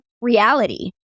reality